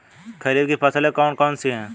खरीफ की फसलें कौन कौन सी हैं?